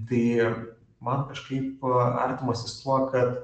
tai man kažkaip artimas jis tuo kad